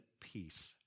peace